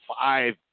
five